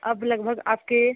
अब लगभग आपके